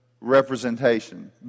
Representation